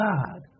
God